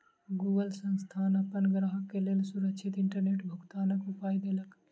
Google संस्थान अपन ग्राहक के लेल सुरक्षित इंटरनेट भुगतनाक उपाय देलक